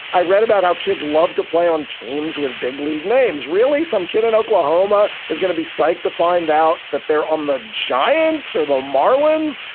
i read about how kids love to play on teams with big league names. names. really? some kid in oklahoma is gonna be psyched to find out that they're on the giants or the marlins.